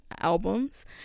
albums